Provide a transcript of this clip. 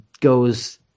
goes